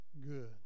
good